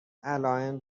علائم